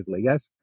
Yes